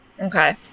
Okay